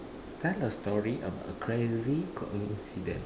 tell a story about a crazy coincidence